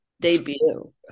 debut